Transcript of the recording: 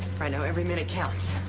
right now every minute counts.